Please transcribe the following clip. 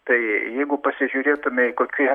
tai jeigu pasižiūrėtumei kokie